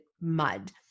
mud